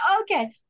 okay